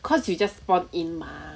cause you just spawned in mah